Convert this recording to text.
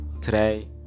Today